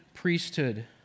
priesthood